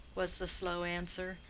was the slow answer.